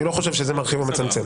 אני לא חושב שזה מרחיב או מצמצם.